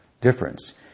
difference